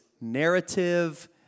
narrative